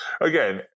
Again